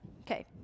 okay